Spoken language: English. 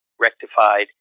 rectified